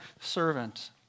servant